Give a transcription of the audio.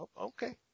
Okay